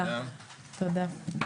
הישיבה ננעלה בשעה 14:22.